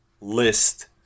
list